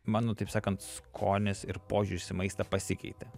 mano taip sakant skonis ir požiūris į maistą pasikeitė